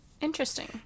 Interesting